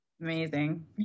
amazing